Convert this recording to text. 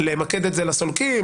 למקד את זה לסולקים.